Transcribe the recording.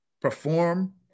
perform